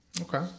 Okay